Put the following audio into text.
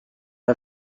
are